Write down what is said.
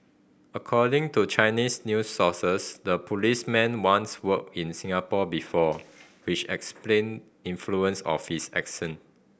according to Chinese news sources the policeman once worked in Singapore before which explain influence of his accent